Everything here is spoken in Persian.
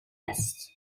است